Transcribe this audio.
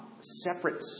separate